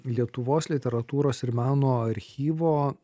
lietuvos literatūros ir meno archyvo